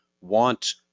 want